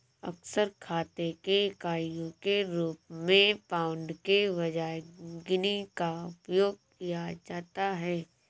अक्सर खाते की इकाइयों के रूप में पाउंड के बजाय गिनी का उपयोग किया जाता है